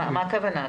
מה הכוונה?